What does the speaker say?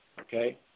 Okay